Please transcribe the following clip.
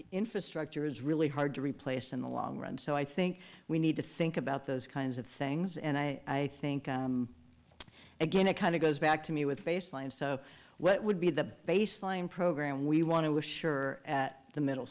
infrastructure is really hard to replace in the long run so i think we need to think about those kinds of things and i think again it kind of goes back to me with a baseline so what would be the baseline program we want to assure at the middle